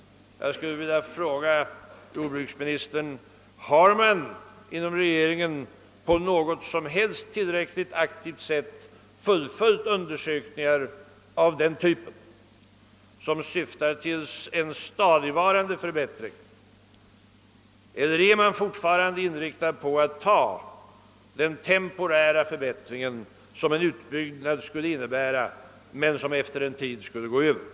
Jag skulle vilja fråga jordbruksministern: Har man inom regeringen på något som helst tillräckligt aktivt sätt fullföljt undersökningar av den typen som syftar till en stadigvarande förbättring? Eller är man fortfarande inriktad på att gå in för den temporära förbättring som en utbyggnad av vattenkraften skulle innebära men som efter en tid skulle vara utan verkan?